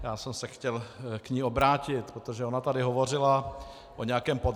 Já jsem se chtěl k ní obrátit, protože ona tady hovořila o nějakém podrazu.